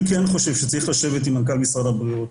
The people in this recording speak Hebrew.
אני כן חושב שצריך לשבת עם מנכ"ל משרד הבריאות,